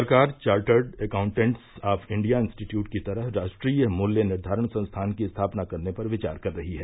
सरकार chartered accountants of India institute की तरह राष्ट्रीय मूल्य निर्धारण संस्थान की स्थापना करने पर विचार कर रही है